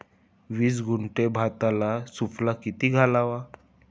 वीस गुंठे भाताला सुफला किती घालावा?